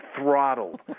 throttled